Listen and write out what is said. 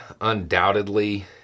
Undoubtedly